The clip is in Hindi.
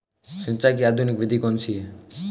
सिंचाई की आधुनिक विधि कौनसी हैं?